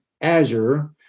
Azure